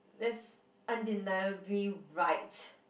that's undeniably right